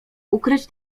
ukryć